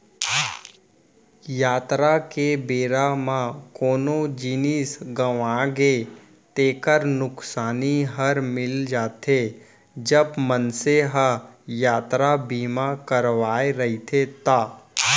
यातरा के बेरा म कोनो जिनिस गँवागे तेकर नुकसानी हर मिल जाथे, जब मनसे ह यातरा बीमा करवाय रहिथे ता